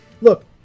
Look